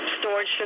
storage